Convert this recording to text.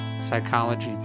psychology